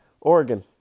Oregon